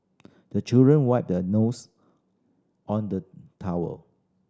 the children wipe their nose on the towel